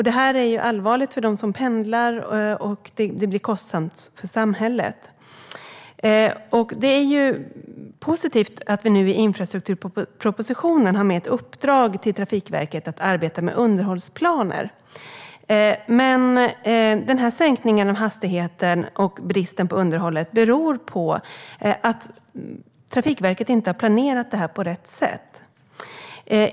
Detta är allvarligt för dem som pendlar, och det blir kostsamt för samhället. Det är positivt att vi nu i infrastrukturpropositionen har med ett uppdrag till Trafikverket att arbeta med underhållsplaner. Men sänkningen av hastigheten och bristen på underhåll beror på att Trafikverket inte har planerat det här på rätt sätt.